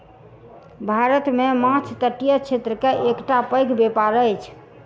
भारत मे माँछ तटीय क्षेत्र के एकटा पैघ व्यापार अछि